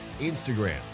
Instagram